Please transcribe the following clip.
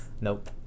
Nope